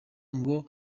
ngo